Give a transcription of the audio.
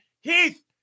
Heath